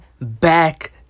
back